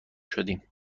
شدیم